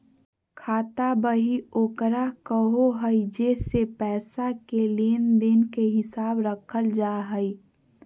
खाता बही ओकरा कहो हइ जेसे पैसा के लेन देन के हिसाब रखल जा हइ